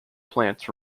plants